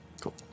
Cool